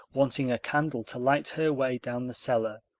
wanting a candle to light her way down the cellar,